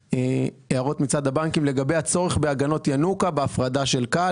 להערות מצד הבנקים לגבי הצורך בהגנות ינוקא בהפרדה של כאל,